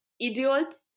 idiot